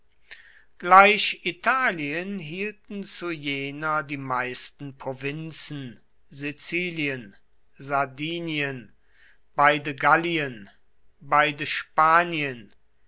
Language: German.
gleich italien hielten zu jener die meisten provinzen sizilien sardinien beide gallien beide spanien